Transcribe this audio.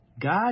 God